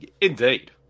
Indeed